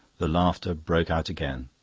the laughter broke out again.